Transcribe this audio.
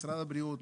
משרד הבריאות,